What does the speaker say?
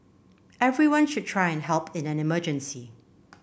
everyone should try to help in an emergency